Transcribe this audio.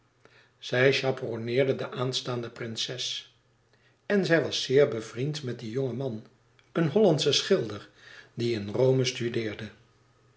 zij chaperonneerde de aanstaande prinses en zij was zeer bevriend met dien jongen man een hollandschen schilder die in rome studeerde